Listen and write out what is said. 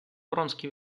вронский